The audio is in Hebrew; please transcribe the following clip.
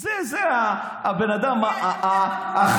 זה, זה, הבן אדם, בלי תעודת בגרות.